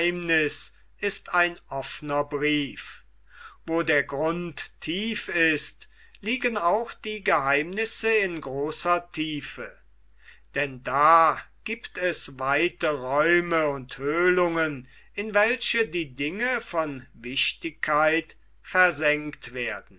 ist ein offner brief wo der grund tief ist liegen auch die geheimnisse in großer tiefe denn da giebt es weite räume und höhlungen in welche die dinge von wichtigkeit versenkt werden